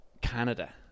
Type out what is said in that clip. Canada